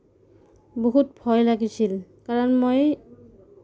বহুত ভয় লাগিছিল কাৰণ মই